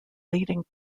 leading